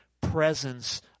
presence